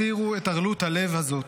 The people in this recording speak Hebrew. הסירו את ערלות הלב הזאת,